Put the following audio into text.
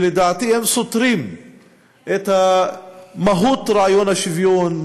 שלדעתי הם סותרים את מהות רעיון השוויון,